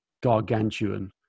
gargantuan